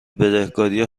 بدهکاری